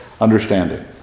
understanding